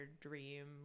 dream